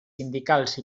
sindicals